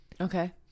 okay